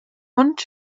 und